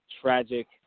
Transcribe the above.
tragic